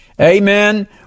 Amen